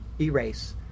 erase